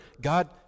God